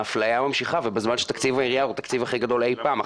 האפליה ממשיכה בזמן שתקציב העירייה הוא התקציב הכי גדול אי פעם,